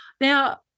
Now